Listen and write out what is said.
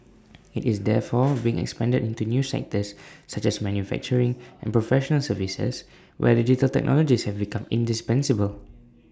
IT is therefore being expanded into new sectors such as manufacturing and professional services where digital technologies have become indispensable